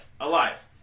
Alive